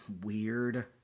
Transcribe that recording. Weird